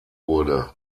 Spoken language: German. wurde